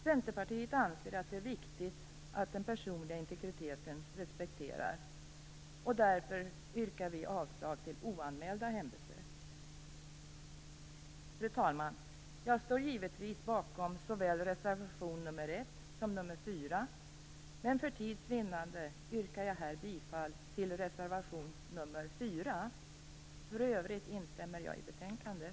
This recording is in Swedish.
Centerpartiet anser att det är viktigt att den personliga integriteten respekteras, och därför yrkar vi avslag på förslaget om oanmälda hembesök. Fru talman! Jag står givetvis bakom såväl reservation nr 1 som reservation nr 4, men för tids vinnande yrkar jag här bifall till reservation nr 4. För övrigt instämmer jag i betänkandet.